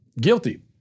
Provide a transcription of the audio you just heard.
guilty